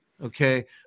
Okay